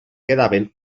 quedaven